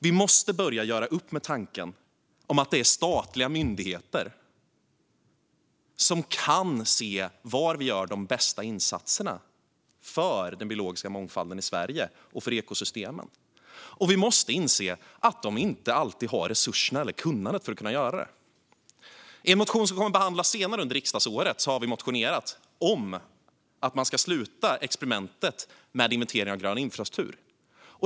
Vi måste börja göra upp med tanken om att det är statliga myndigheter som kan se var vi gör de bästa insatserna för den biologiska mångfalden i Sverige och för ekosystemen. Och vi måste inse att de inte alltid har resurserna eller kunnandet för att göra det. I en motion som vi kommer att behandla senare under riksdagsåret har vi motionerat om att man ska avsluta experimentet med att inventera grön infrastruktur.